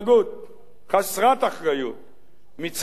חסרת אחריות מצד יחידים,